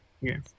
Yes